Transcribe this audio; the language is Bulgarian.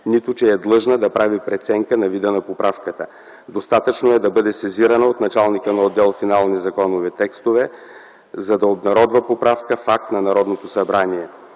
нито, че е длъжна да прави преценка за вида на поправката. Достатъчно е да бъде сезирана от началника на отдел „Финални законови текстове”, за да обнародва поправка в акт на Народното събрание.